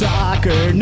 soccer